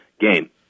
game